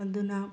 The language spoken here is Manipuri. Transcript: ꯑꯗꯨꯅ